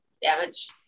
damage